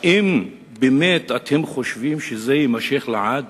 האם באמת אתם חושבים שזה יימשך לעד?